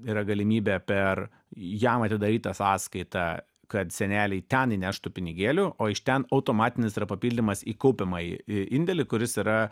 yra galimybė per jam atidarytą sąskaitą kad seneliai ten įneštų pinigėlių o iš ten automatinis yra papildymas į kaupiamąjį indėlį kuris yra